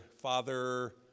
Father